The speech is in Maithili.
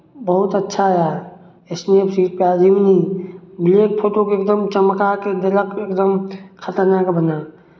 बहुत अच्छा हए स्नैपचिट कए दू ब्लैक फोटोकेँ एकदम चमका कऽ देलक एकदम खतरनाक बना